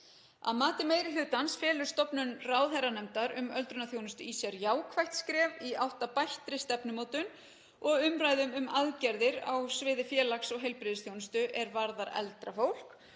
Að mati meiri hlutans felur stofnun ráðherranefndar um öldrunarþjónustu í sér jákvætt skref í átt að bættri stefnumótun og umræðum um aðgerðir á sviði félags- og heilbrigðisþjónustu er varðar eldra fólk